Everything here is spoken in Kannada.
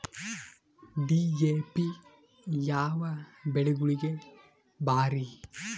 ಡಿ.ಎ.ಪಿ ಯಾವ ಬೆಳಿಗೊಳಿಗ ಭಾರಿ?